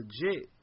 legit